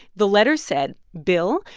the letter said, bill,